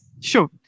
sure